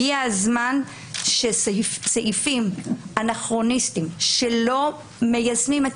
הגיע הזמן שסעיפים אנכרוניסטיים שלא מיישמים את